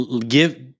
Give